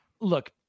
look